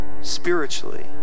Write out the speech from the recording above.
spiritually